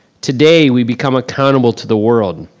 today we become accountable to the world.